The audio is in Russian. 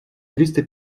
триста